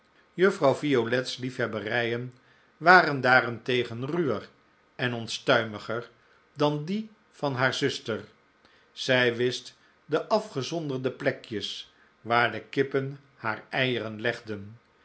juffrouw violet's liefhebberijen waren daarentegen ruwer en onstuiniiger dan die van haar zuster zij wist de afgezonderde plekjes waar de kippen haar eieren legden